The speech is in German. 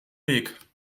weg